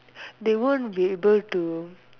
they won't be able to